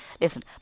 listen